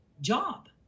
job